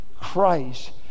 Christ